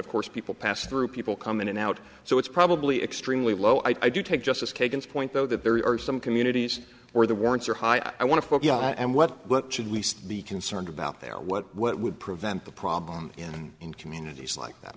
of course people pass through people come in and out so it's probably extremely low i do take justice kagan's point though that there are some communities where the warrants are high i want to and what should we be concerned about there what what would prevent the problem and in communities like that